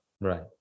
Right